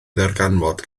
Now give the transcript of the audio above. ddarganfod